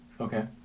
Okay